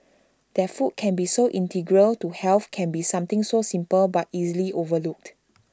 that food can be so integral to health can be something so simple but easily overlooked